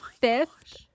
fifth